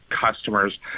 customers